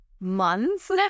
months